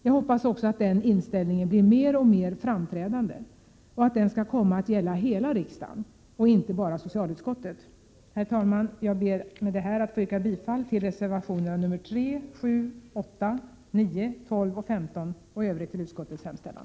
Jag hoppas också att den inställningen blir mer och mer framträdande och att den skall komma att gälla hela riksdagen och inte bara socialutskottet. Herr talman! Jag ber med det här att få yrka bifall till reservationerna nr 3, 7, 8, 9, 12 och 15 och i övrigt till utskottets hemställan.